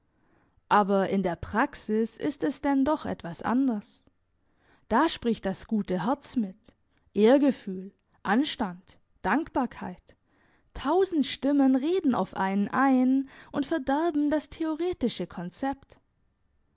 aber in der praxis ist es denn doch etwas anders da spricht das gute herz mit ehrgefühl anstand dankbarkeit tausend stimmen reden auf einen ein und verderben das theoretische konzept